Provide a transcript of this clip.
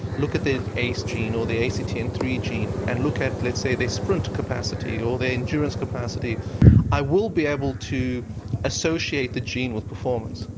look at their ace gene or the a c t and three gene and look at let's say their sprint capacity, or their endurance capacity i will be able to associate the gene with performance.